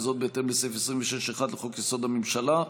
וזאת בהתאם לסעיף 26(1) לחוק-יסוד: הממשלה,